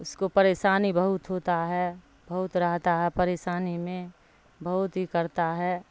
اس کو پریشانی بہت ہوتا ہے بہت رہتا ہے پریشانی میں بہت ہی کرتا ہے